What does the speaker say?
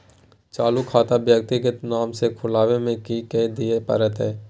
चालू खाता व्यक्तिगत नाम से खुलवाबै में कि की दिये परतै?